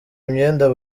imyenda